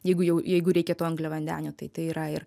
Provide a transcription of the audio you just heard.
jeigu jau jeigu reikėtų angliavandenių tai tai yra ir